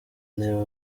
niba